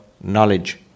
knowledge